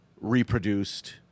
reproduced